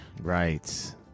Right